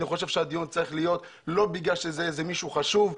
אני חושב שהדיון צריך להיות לא בגלל שזה מישהו חשוב,